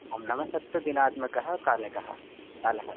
आं नवसप्तदिनात्मकः कालकः कालः